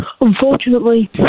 Unfortunately